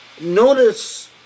notice